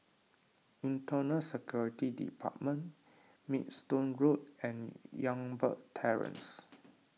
Internal Security Department Maidstone Road and Youngberg Terrace